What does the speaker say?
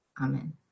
Amen